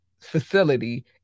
facility